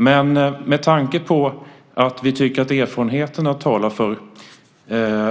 Men med tanke på att erfarenheterna, tycker vi, talar för